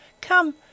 COME